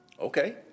Okay